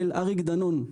אריק דנון.